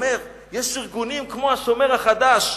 אומר: יש ארגונים כמו "השומר החדש".